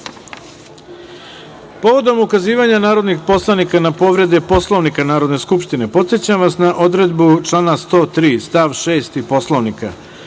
ukazivanja narodnih poslanika na povrede Poslovnika Narodne skupštine, podsećam vas na odredbu člana 103. stav 6. Poslovnika,